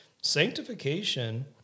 sanctification